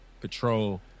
Patrol